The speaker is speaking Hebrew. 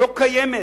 לא קיימת